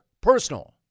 personal